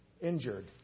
injured